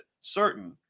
certain